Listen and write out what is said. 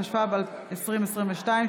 התשפ"ב 2022,